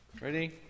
Ready